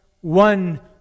one